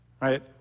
Right